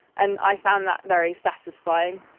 and i found that very satisfying.